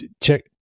check